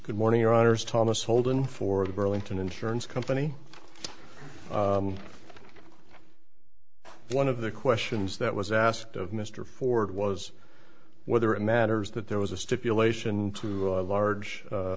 good morning your honor is thomas holden for the burlington insurance company one of the questions that was asked of mr ford was whether it matters that there was a stipulation to a large